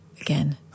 again